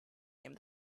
came